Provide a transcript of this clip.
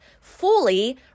fully